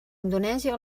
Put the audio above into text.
indonèsia